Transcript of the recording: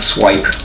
Swipe